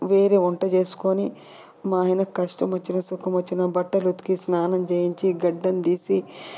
వేరే వంట చేసుకుని మా ఆయన కష్టం వచ్చినా సుఖం వచ్చినా బట్టలు ఉతికి స్నానం చేయించి గడ్డం తీసి